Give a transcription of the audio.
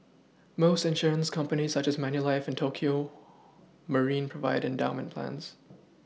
most insurance companies such as Manulife and Tokio Marine provide endowment plans